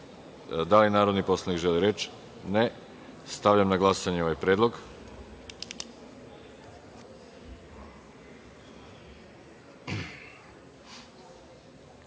li narodni poslanik želi reč? (Ne.)Stavljam na glasanje ovaj predlog. Molim